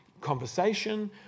conversation